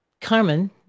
Carmen